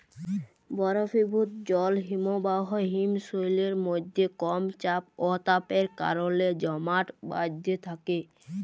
বরফিভুত জল হিমবাহ হিমশৈলের মইধ্যে কম চাপ অ তাপের কারলে জমাট বাঁইধ্যে থ্যাকে